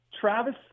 Travis